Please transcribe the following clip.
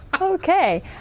Okay